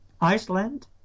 Iceland